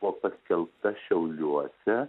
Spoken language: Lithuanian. buvo paskelbta šiauliuose